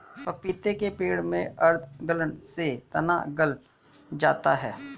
पपीते के पेड़ में आद्र गलन से तना गल जाता है